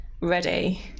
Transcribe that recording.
ready